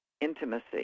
intimacy